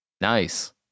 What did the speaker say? Nice